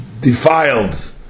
defiled